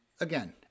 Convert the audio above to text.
again